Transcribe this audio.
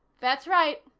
that's right,